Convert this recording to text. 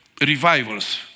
revivals